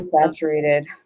saturated